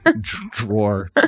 drawer